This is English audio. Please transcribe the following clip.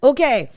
Okay